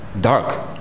Dark